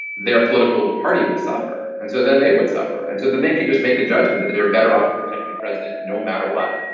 their political party would suffer. and so then they would suffer. and so then they can just make a judgment that they are better off protecting the president no matter what.